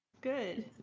Good